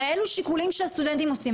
הרי אלו שיקולים שהסטודנטים עושים.